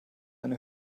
eine